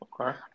okay